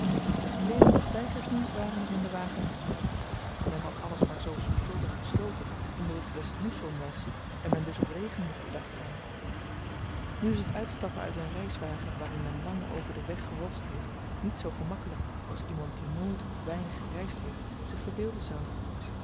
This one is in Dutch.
leeuwen of tygers nu waren er in den wagen niet men had alles maar zoo zorgvuldig gesloten omdat het westmoesson was en men dus op regen moest bedacht zyn nu is t uitstappen uit een reiswagen waarin men lang over den weg gehotst heeft niet zoo gemakkelyk als iemand die nooit of weinig gereisd heeft zich verbeelden zou